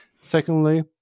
Secondly